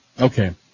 Okay